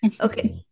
Okay